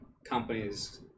companies